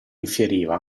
infieriva